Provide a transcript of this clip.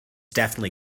definitely